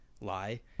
lie